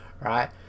Right